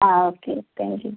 ആ okay thank you